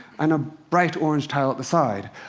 and a bright orange tile at the side.